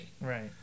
Right